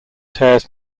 tears